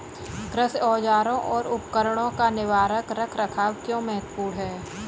कृषि औजारों और उपकरणों का निवारक रख रखाव क्यों महत्वपूर्ण है?